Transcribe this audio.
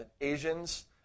Asians